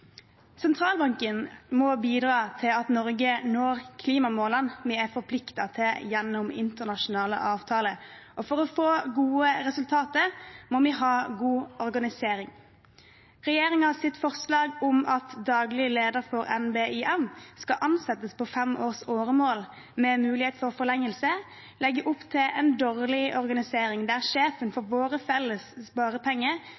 Sentralbanken må bidra til at Norge når klimamålene vi er forpliktet til gjennom internasjonale avtaler. For å få gode resultater må vi ha god organisering. Regjeringens forslag om at daglig leder for NBIM skal ansettes på fem års åremål med mulighet for forlengelse, legger opp til en dårlig organisering der sjefen